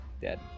Dead